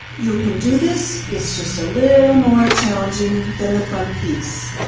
you can do this, it's just a little more challenging than the front piece.